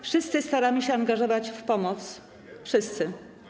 Wszyscy staramy się angażować w pomoc, wszyscy.